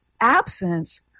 absence